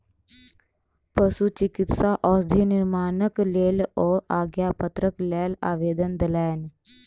पशुचिकित्सा औषधि निर्माणक लेल ओ आज्ञापत्रक लेल आवेदन देलैन